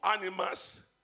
animals